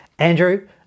Andrew